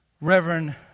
reverend